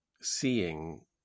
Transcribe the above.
seeing